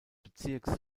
bezirks